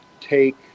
take